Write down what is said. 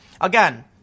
Again